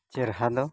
ᱪᱮᱨᱦᱟ ᱫᱚ